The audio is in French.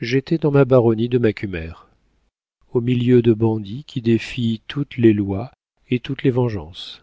j'étais dans ma baronnie de macumer au milieu de bandits qui défient toutes les lois et toutes les vengeances